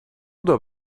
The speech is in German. oder